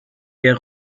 der